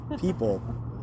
people